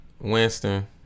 Winston